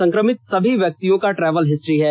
संक्रमित सभी व्यक्तियों का ट्रेवल हिस्ट्री है